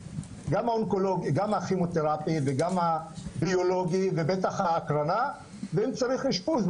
גם הכימותרפי וגם הביולוגי ובטח ההקרנה ואם צריך אשפוז,